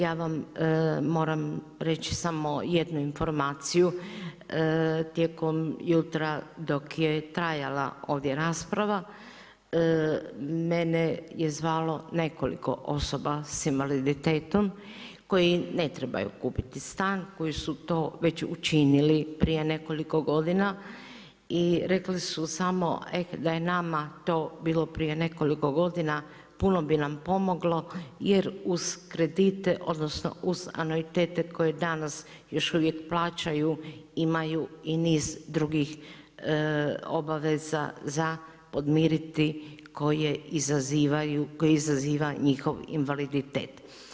Ja vam moram reći samo jednu informaciju, tijekom jutra dok je trajala ovdje rasprava mene je zvalo nekoliko osoba sa invaliditetom koji ne trebaju kupiti stan, koji su to već učinili prije nekoliko godina i rekli su samo eh da je nama to bilo prije nekoliko godina puno bi nam pomoglo jer uz kredite odnosno uz anuitete koje danas još uvijek plaćaju imaju i niz drugih obaveza za podmiriti koje izaziva njihov invaliditet.